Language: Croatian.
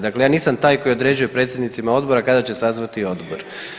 Dakle, ja nisam taj koji određuje predsjednicima odbora kada će sazvati odbor.